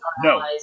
No